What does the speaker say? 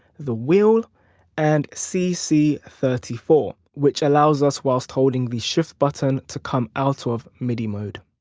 the wheel and cc thirty four which allows us whilst holding the shift button to come out of midi mode.